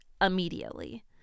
immediately